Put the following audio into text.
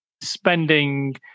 spending